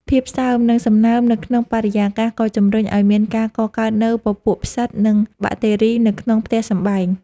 ភាពសើម និងសំណើមនៅក្នុងបរិយាកាសក៏ជម្រុញឱ្យមានការកកើតនូវពពួកផ្សិត និងបាក់តេរីនៅក្នុងផ្ទះសម្បែង។